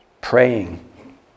Praying